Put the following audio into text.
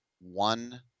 one